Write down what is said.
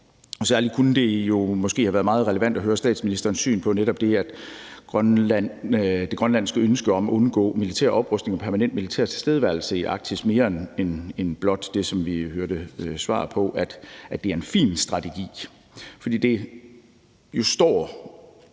Særlig kunne det jo måske have været meget relevant at høre statsministerens syn på netop det grønlandske ønske om at undgå militær oprustning og permanent militær tilstedeværelse i Arktis i stedet for blot at høre svaret om, at det er en fin strategi. For det står